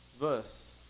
verse